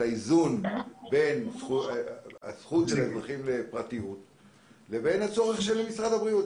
את האיזון בין הזכות של האזרחים לפרטיות לבין הצורך של משרד הבריאות.